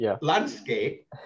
landscape